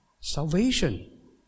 Salvation